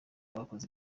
abakoze